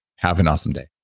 have an awesome day